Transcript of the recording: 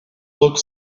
look